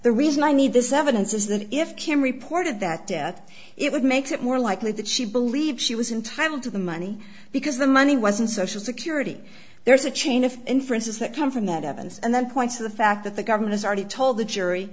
the reason i need this evidence is that if kim reported that death it would make it more likely that she believed she was entitled to the money because the money wasn't social security there's a chain of inferences that come from that evidence and then points to the fact that the government has already told the jury